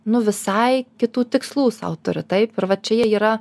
nu visai kitų tikslų sau turi taip ir va čia jie yra